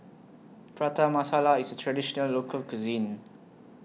Prata Masala IS A Traditional Local Cuisine